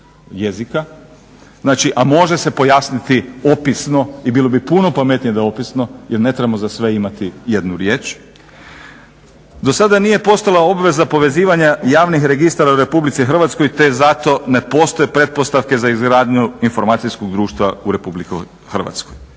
jezika, znači a može se pojasniti opisno i bilo bi puno pametnije da je opisno jer ne trebamo za sve imati jednu riječ. Do sada nije postojala obveza povezivanja javnih registara u Republici Hrvatskoj te zato ne postoje pretpostavke za izgradnju informacijskog društva u Republici Hrvatskoj.